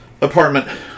apartment